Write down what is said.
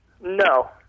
No